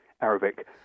Arabic